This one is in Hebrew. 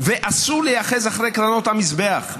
ואסור להיאחז בקרנות המזבח.